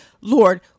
Lord